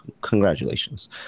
congratulations